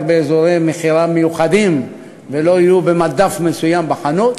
באזורי מכירה מיוחדים ולא יהיו על המדף בחנות.